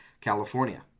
California